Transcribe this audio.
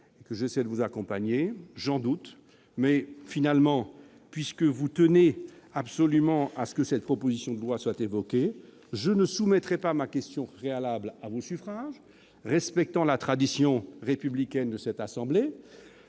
j'essaie de vous accompagner ? J'en doute ! Quoi qu'il en soit, puisque vous tenez absolument à ce que cette proposition de loi soit discutée, je ne soumettrai pas ma question préalable à vos suffrages, respectant la tradition républicaine de cette assemblée,